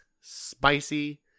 Spicy